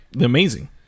Amazing